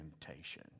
temptation